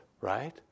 right